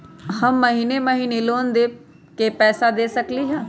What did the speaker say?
हम महिने महिने लोन के पैसा दे सकली ह?